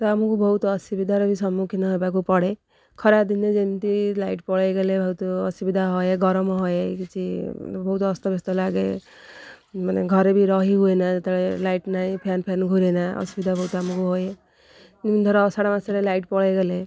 ତ ଆମକୁ ବହୁତ ଅସୁବିଧାର ବି ସମ୍ମୁଖୀନ ହେବାକୁ ପଡ଼େ ଖରାଦିନେ ଯେମିତି ଲାଇଟ୍ ପଳାଇଗଲେ ବହୁତ ଅସୁବିଧା ହୁଏ ଗରମ ହୁଏ କିଛି ବହୁତ ଅସ୍ତ ବ୍ୟସ୍ତ ଲାଗେ ମାନେ ଘରେ ବି ରହି ହୁଏନା ଯେତେବେଳେ ଲାଇଟ୍ ନାହିଁ ଫ୍ୟାନ୍ ଘୁରେ ନା ଅସୁବିଧା ବହୁତ ଆମକୁ ହୁଏ ଧର ସଡ଼େ ମାସରେ ଲାଇଟ୍ ପଳାଇଗଲେ